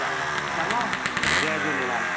चङो चङो जय झूलेलाल